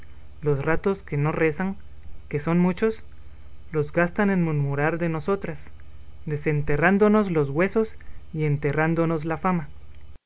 los ratos que no rezan que son muchos los gastan en murmurar de nosotras desenterrándonos los huesos y enterrándonos la fama